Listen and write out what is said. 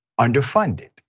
underfunded